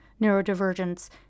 neurodivergence